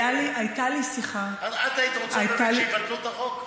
הייתה לי שיחה, את היית רוצה באמת שיבטלו את החוק?